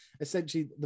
essentially